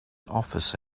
office